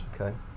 okay